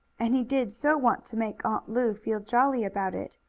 and he did so want to make aunt lu feel jolly about it.